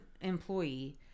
employee